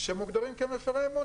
שמוגדרים כמפרי אמון,